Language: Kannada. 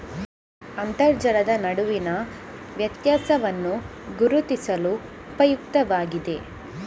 ಅಂತರ್ಜಲದ ನಡುವಿನ ವ್ಯತ್ಯಾಸವನ್ನು ಗುರುತಿಸಲು ಉಪಯುಕ್ತವಾಗಿದೆ